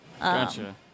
Gotcha